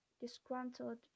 disgruntled